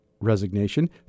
resignation